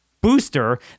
booster